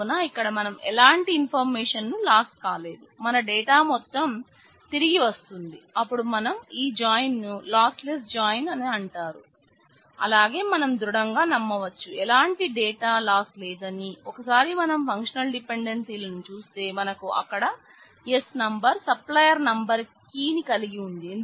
కావున ఇక్కడ మనం ఎలాంటి ఇన్ఫర్మేషన్ను లాస్ కాలేదు మన డేటా మొత్తం తిరిగి వస్తుంది అపుడు మనం ఆ జాయిన్ను లాస్లెస్ జాయిన్లను చూస్తే మనకు అక్కడ S number supplier number key ని కలిగి ఉంది